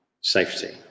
safety